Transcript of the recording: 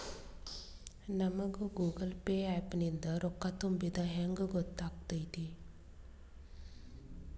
ನಮಗ Google Pay app ನಿಂದ ರೊಕ್ಕಾ ತುಂಬಿದ್ದ ಹೆಂಗ್ ಗೊತ್ತ್ ಆಗತೈತಿ?